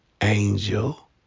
Angel